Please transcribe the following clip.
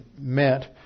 meant